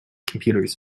computers